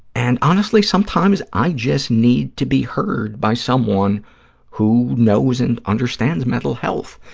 and honestly, sometimes i just need to be heard by someone who knows and understands mental health,